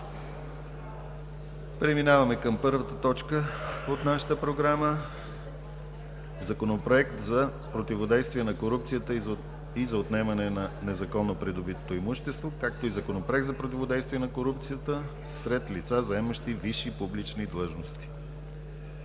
Председателския съвет: 1. Първо гласуване на Законопроекта за противодействие на корупцията и за отнемане на незаконно придобитото имущество и Законопроект за противодействие на корупцията сред лица, заемащи висши публични длъжности.